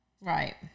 Right